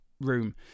room